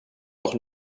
noch